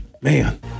Man